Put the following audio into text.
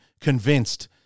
convinced